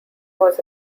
was